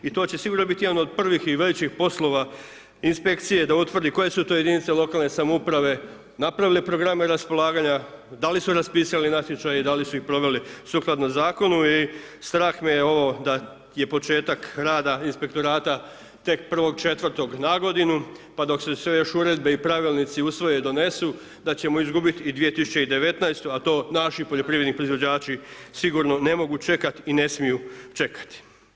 I to će se sigurno biti jedna od prvih i većih poslova inspekcije da utvrdi koje su to jedinice lokalne samouprave, napravile programe raspolaganja, da li su raspisali natječaje i da li su ih proveli sukladno zakonu i strah me je ovo da je početak rada inspektorata tek 1.4. na godinu, pa dok se sve još uredbe i pravilnici usvoje i donesu da ćemo izgubiti i 2019. a to naši poljoprivredni proizvođači sigurno ne mogu čekati i ne smiju čekati.